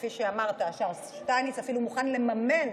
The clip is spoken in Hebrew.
כפי שאמרת, השר שטייניץ אפילו מוכן לממן